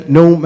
no